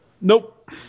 Nope